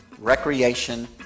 Recreation